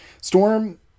storm